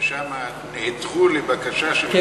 ושמה נעתרו לבקשה שלך שהייתה רצינית.